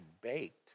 baked